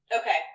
Okay